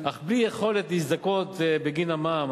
אך בלי יכולת להזדכות בגין המע"מ.